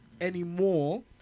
anymore